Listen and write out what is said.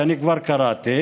שאני כבר קראתי.